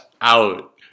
out